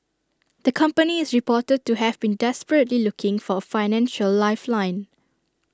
the company is reported to have been desperately looking for financial lifeline